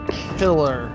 killer